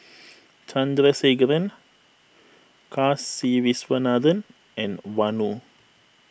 Chandrasekaran Kasiviswanathan and Vanu